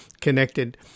connected